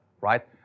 right